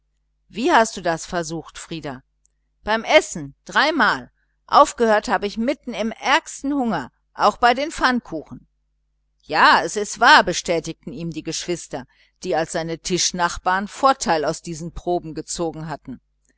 wie hast du das probiert frieder beim essen dreimal aufgehört im ärgsten hunger auch bei den pfannenkuchen die andern wissen es ja es ist wahr betätigten ihm die geschwister die als seine tischnachbarn vorteil aus diesen proben gezogen hatten